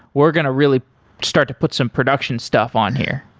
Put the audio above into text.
we're going to really start to put some production stuff on here.